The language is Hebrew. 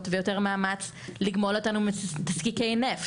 ויותר מאמץ לגמול אותנו מתזקיקי נפט?